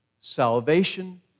Salvation